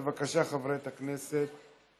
בבקשה, חברת הכנסת לאה פדידה.